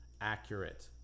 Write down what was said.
accurate